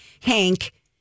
hank